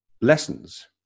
lessons